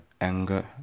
anger